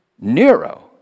Nero